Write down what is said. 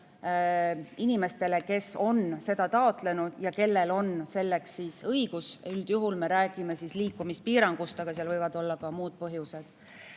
inimestele, kes on seda taotlenud ja kellel on selleks õigus. Üldjuhul me räägime liikumis[takistusest], aga võivad olla ka muud põhjused.